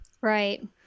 Right